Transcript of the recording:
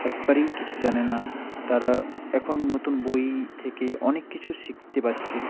একবারেই কিছু জানে না তারা এখন নতুন বই থেকে অনেক কিছু শিখতে পারছে